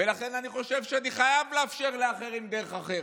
ולכן אני חושב שאני חייב לאפשר לאחרים דרך אחרת.